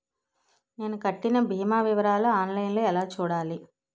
నేను కట్టిన భీమా వివరాలు ఆన్ లైన్ లో ఎలా చూడాలి?